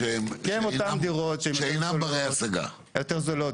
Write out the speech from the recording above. כי הן אותן דירות היותר זולות,